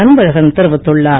அன்பழகன் தெரிவித்துள்ளார்